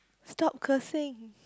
stop cursing